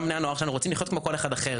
גם בני הנוער שלנו רוצים לחיות כמו כל אחד אחר,